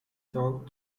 thought